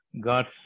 God's